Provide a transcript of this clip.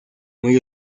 muy